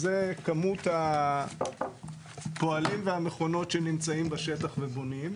זו כמות הפועלים והמכונות שנמצאים בשטח ובונים,